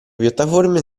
piattaforme